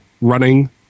running